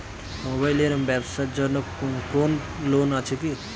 Mobile এর ব্যাবসার জন্য কোন লোন আছে কি?